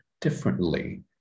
differently